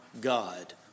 God